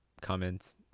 comments